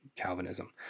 Calvinism